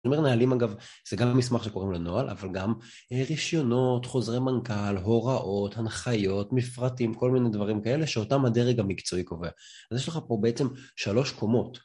אני אומר נהלים, אגב, זה גם המסמך שקוראים לו נוהל, אבל גם רישיונות, חוזרי מנכל, הוראות, הנחיות, מפרטים, כל מיני דברים כאלה, שאותם הדרג המקצועי קובע. אז יש לך פה בעצם שלוש קומות.